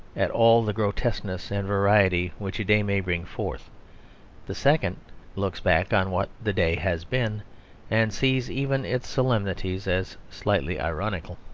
at all the grotesqueness and variety which a day may bring forth the second looks back on what the day has been and sees even its solemnities as slightly ironical.